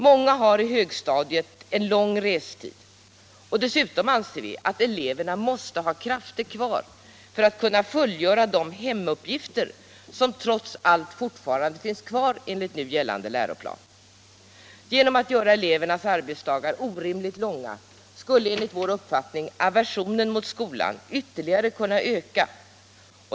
Många har i högstadiet en lång restid, och dessutom anser vi att eleverna måste ha krafter kvar för att kunna fullgöra de hemuppgifter som trots allt fortfarande finns kvar enligt läroplanen. Görs elevernas arbetsdagar orimligt långa skulle enligt vår uppfattning aversionen mot skolan ytterligare kunna öka.